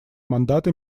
мандаты